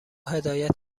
هدایت